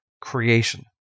creation